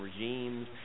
regimes